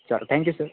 ચલો thank you sir